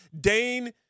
Dane –